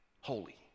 holy